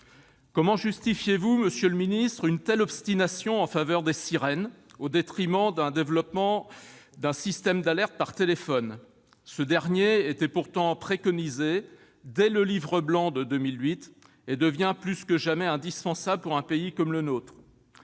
comment justifiez-vous une telle obstination en faveur de ce procédé, au détriment du développement d'un système d'alerte par téléphone ? Un tel système était pourtant préconisé dès le Livre blanc de 2008 et devient, plus que jamais, indispensable dans un pays comme le nôtre.